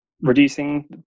reducing